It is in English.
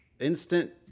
instant